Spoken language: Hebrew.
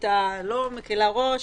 אני לא מקלה ראש,